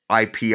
IP